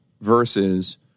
versus